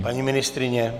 Paní ministryně?